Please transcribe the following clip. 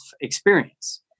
experience